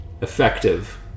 effective